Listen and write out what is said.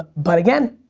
but again,